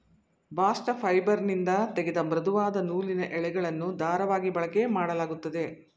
bast ಫೈಬರ್ನಿಂದ ತೆಗೆದ ಮೃದುವಾದ ನೂಲಿನ ಎಳೆಗಳನ್ನು ದಾರವಾಗಿ ಬಳಕೆಮಾಡಲಾಗುತ್ತದೆ